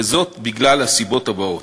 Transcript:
וזאת בגלל הסיבות הבאות: